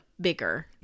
bigger